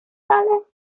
wcale